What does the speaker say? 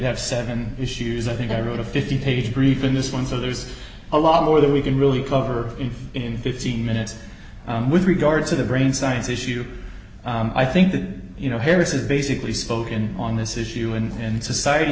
have seven issues i think i wrote a fifty page brief in this one so there's a lot more that we can really cover in in fifteen minutes with regard to the brain science issue i think that you know harris is basically spoken on this issue and society